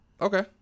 Okay